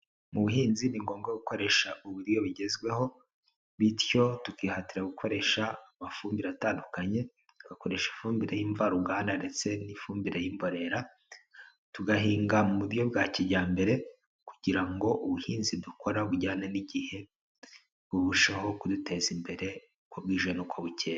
Mu buhinzi ni ngombwa gukoresha uburyo bugezweho, bityo tukihatira gukoresha amafumbire atandukanye, tugakoresha ifumbire y'imvaruganda ndetse n'ifumbire y'imborera, tugahinga mu buryo bwa kijyambere kugira ngo ubuhinzi dukora bujyane n'igihe burusheho kuduteza imbere uku bwije nuko bukeye.